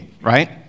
right